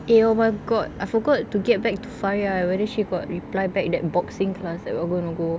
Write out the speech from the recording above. eh oh my god I forgot to get back to farya whether she got reply back that boxing class that we're going to go